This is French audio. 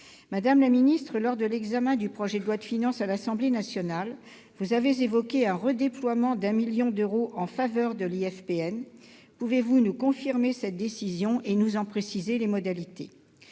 Madame la ministre, lors de l'examen du projet de loi de finances à l'Assemblée nationale, vous avez évoqué un redéploiement de 1 million d'euros en faveur de l'IFPEN. Pouvez-vous nous confirmer cette décision et nous en préciser les modalités ?